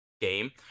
game